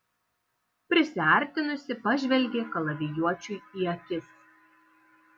prisiartinusi pažvelgė kalavijuočiui į akis